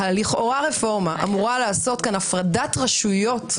לכאורה הרפורמה, אמורה לעשות כאן הפרדת רשויות.